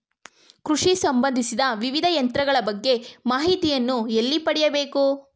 ಕೃಷಿ ಸಂಬಂದಿಸಿದ ವಿವಿಧ ಯಂತ್ರಗಳ ಬಗ್ಗೆ ಮಾಹಿತಿಯನ್ನು ಎಲ್ಲಿ ಪಡೆಯಬೇಕು?